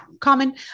Common